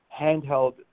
handheld